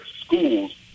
schools